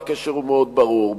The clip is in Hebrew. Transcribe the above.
והקשר הוא מאוד ברור,